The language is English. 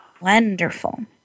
Wonderful